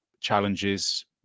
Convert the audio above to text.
challenges